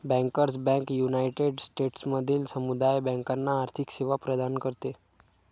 bankers bank united स्टेट्समधील समुदाय बँकांना आर्थिक सेवा प्रदान करते